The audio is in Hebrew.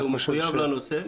הוא מחויב לנושא.